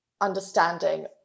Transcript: understanding